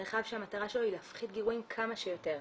מרחב שהמטרה שלו היא להפחית גירויים כמה שיותר.